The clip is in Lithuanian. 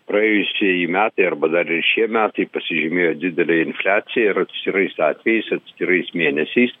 praėjusieji metai arba dar ir šie metai pasižymėjo didele infliacija ir atskirais atvejais atskirais mėnesiais